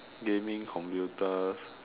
gaming computers